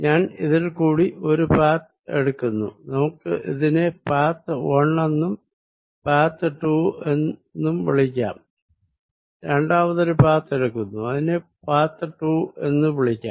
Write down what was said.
ഞാൻ ഇതിൽ കൂടി ഒരു പാഥ് എടുക്കുന്നു നമുക്കിതിനെ പാഥ് 1 എന്ന് വിളിക്കാം രണ്ടാമതൊരു പാഥ് എടുക്കുന്നു അതിനെ പാഥ് 2 എന്നും വിളിക്കാം